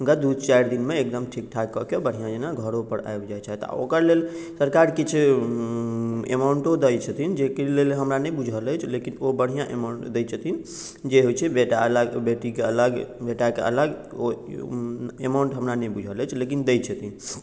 हुनका दू चारि दिनमे एकदम ठीक ठाक कऽ के बढ़िआँ जेना घरो पर आबि जाइत छथि आ ओकर लेल सरकार किछु अमाउंटो दय छथिन जेकि लेल हमरा नहि बुझल अछि लेकिन ओ बढ़िआँ अमाउंट दय छथिन जे होइत छै बेटा अलग बेटीके अलग बेटाके अलग ओ अमाउंट हमरा नहि बुझल अछि लेकिन दय छथिन